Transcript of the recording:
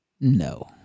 No